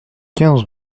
quinze